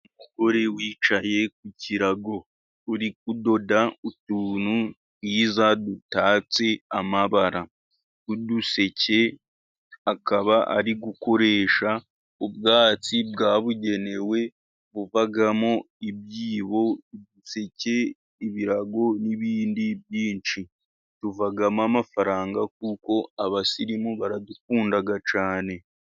Umugore wicaye ku kirago uri kudoda utuntu twiza dutatse amabara, tw'uduseke akaba ari gukoresha ubwatsi bwabugenewe buvamo ibyibo, uduseke, ibirago, n'ibindi byinshi. Tuvamo amafaranga kuko abasirimu baradukunda cyane.